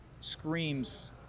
screams